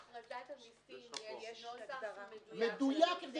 בהכרזת המסים יש נוסח מדויק על זה